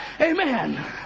Amen